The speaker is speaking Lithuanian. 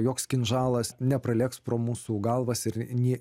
joks kinžalas nepralėks pro mūsų galvas ir nė